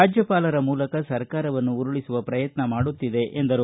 ರಾಜ್ಯಪಾಲರ ಮೂಲಕ ಸರ್ಕಾರವನ್ನು ಉರುಳಿಸುವ ಪ್ರಯತ್ನ ಮಾಡುತ್ತಿದೆ ಎಂದರು